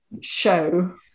show